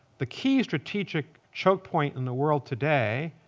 the key strategic choke point in the world today,